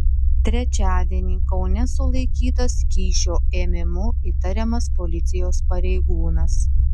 trečiadienį kaune sulaikytas kyšio ėmimu įtariamas policijos pareigūnas